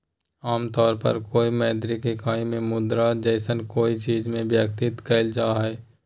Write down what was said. आमतौर पर कोय मौद्रिक इकाई में मुद्रा जैसन कोय चीज़ में व्यक्त कइल जा हइ